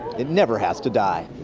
it never has to die.